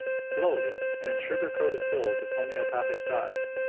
slowly, and in sugar-coated pills of homeopathic size,